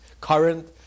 current